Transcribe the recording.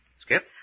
Skip